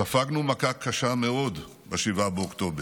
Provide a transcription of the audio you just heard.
ספגנו מכה קשה ב-7 באוקטובר,